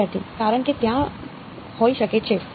વિદ્યાર્થી કારણ કે ત્યાં હોઈ શકે છે